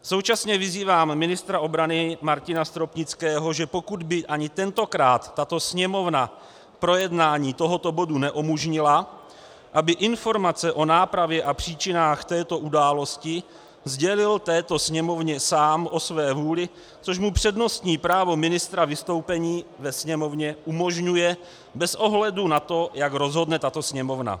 Současně vyzývám ministra obrany Martina Stropnického, že pokud by ani tentokrát Sněmovna projednání tohoto bodu neumožnila, aby informace o nápravě a příčinách této události sdělil Sněmovně sám o své vůli, což mu přednostní právo ministra k vystoupení ve Sněmovně umožňuje, bez ohledu na to, jak rozhodne Sněmovna.